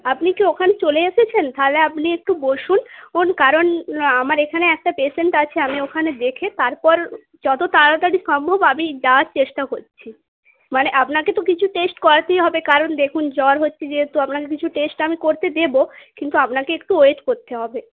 আপনি কি ওখানে চলে এসেছেন তাহলে আপনি একটু বসুন কোন কারণ আমার এখানে একটা পেশেন্ট আছে আমি ওখানে দেখে তারপর যত তাড়াতাড়ি সম্ভব আমি যাওয়ার চেষ্টা করছি মানে আপনাকে তো কিছু টেস্ট করাতেই হবে কারণ দেখুন জ্বর হচ্ছে যেহেতু আপনাকে কিছু টেস্ট আমি করতে দেবো কিন্তু আপনাকে একটু ওয়েট করতে হবে